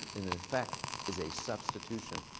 in effect, is a substitution.